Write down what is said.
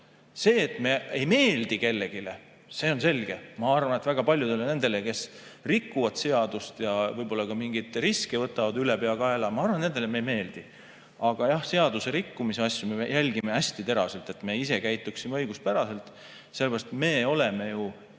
See, et me ei meeldi kellelegi, see on selge. Ma arvan, et väga paljudele nendele, kes rikuvad seadust ja võib-olla ka mingeid riske võtavad ülepeakaela, me ei meeldi. Aga jah, seaduse rikkumise asju me jälgime hästi teraselt, et me ise käituksime õiguspäraselt, sellepärast et me oleme ju